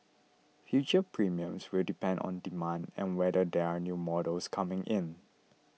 future premiums will depend on demand and whether there are new models coming in